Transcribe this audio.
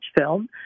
film